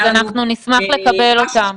אז אנחנו נשמח לקבל אותם.